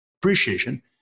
appreciation